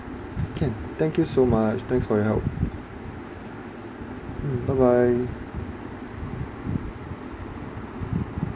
can thank you so much thanks for your help mm bye bye